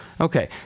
Okay